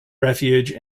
refuge